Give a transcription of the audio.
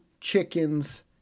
chickens